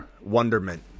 wonderment